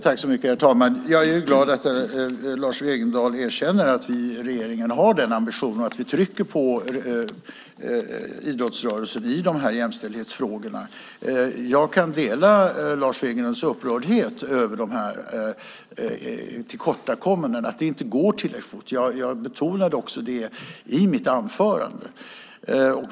Herr talman! Jag är glad att Lars Wegendal erkänner att regeringen har den ambitionen och trycker på idrottsrörelsen i jämställdhetsfrågorna. Jag kan dela Lars Wegendals upprördhet över de olika tillkortakommandena. Det går inte tillräckligt fort. Jag betonade det i mitt anförande.